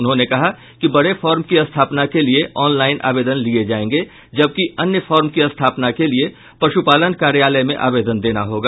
उन्होंने कहा कि बड़े फॉर्म की स्थापना के लिए ऑनलाइन आवेदन लिये जायेंगे जबकि अन्य फॉर्म की स्थापना के लिए पशुपालन कार्यालय में आवेदन देना होगा